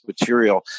material